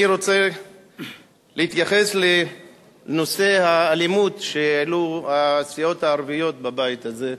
אני רוצה להתייחס לנושא האלימות שהעלו הסיעות הערביות בבית הזה.